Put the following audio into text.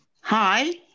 Hi